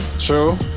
true